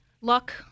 Luck